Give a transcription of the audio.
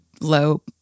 low